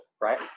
right